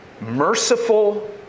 merciful